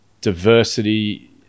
diversity